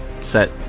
set